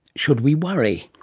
should we worry?